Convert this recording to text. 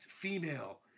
female